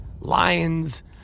lions